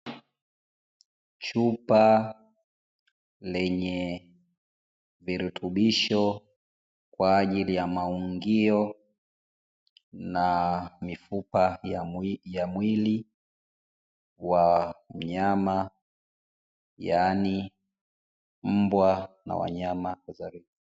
Chupa lenye virutubisho kwa ajiili ya maungio na mifupa ya mwili wa mnyama, yaani mbwa na wanyama wengine.